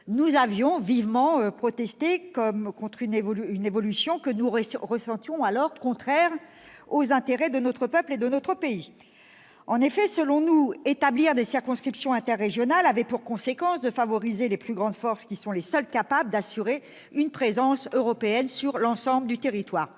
nous avions vivement protesté contre une évolution que nous ressentions alors contraire aux intérêts de notre peuple et de notre pays. Selon nous, établir des circonscriptions interrégionales avait en effet pour conséquence de favoriser les plus grandes forces qui sont les seules capables d'assurer une présence européenne sur l'ensemble du territoire.